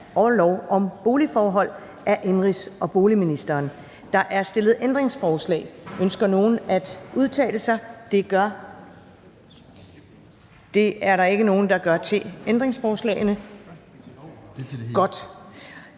Første næstformand (Karen Ellemann): Der er stillet ændringsforslag. Ønsker nogen at udtale sig? Det er der ikke nogen der gør til ændringsforslagene,